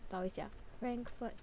找一下 Frankfurt